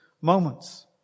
moments